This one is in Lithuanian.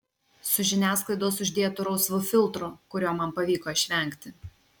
su žiniasklaidos uždėtu rausvu filtru kurio man pavyko išvengti